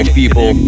people